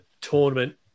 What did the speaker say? tournament